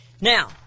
Now